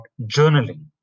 journaling